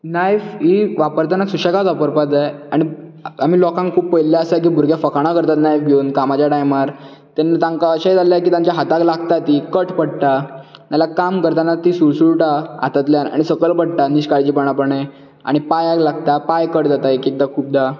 knife ही वापरताना सुशेगात वापरपाक जाय आनी आमी लोकांक खूब पळयले आसा जे भुरगें फकाणां करतात नायफ घेवन कामाच्या टायमार तेन्ना तांकां अशेंय जाल्ले आसा की तांच्या हाताक लागता ती कट पडटा नाल्या काम करताना ती सुळसुळटा हातांतल्यान आनी सकयल पडटा निश्काळजीपणां पणे आनी पांयाक लागता पायाक कट पडटा एक एकदां खुबदां